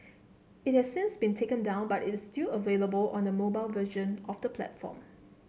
it has since been taken down but it is still available on the mobile version of the platform